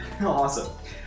Awesome